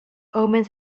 omens